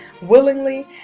willingly